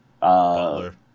Butler